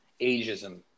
ageism